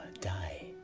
die